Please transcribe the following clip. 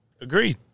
Agreed